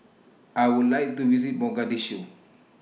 I Would like to visit Mogadishu